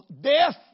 Death